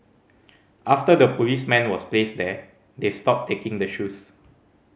after the policeman was placed there they've stopped taking the shoes